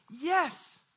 Yes